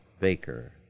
Baker